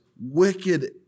wicked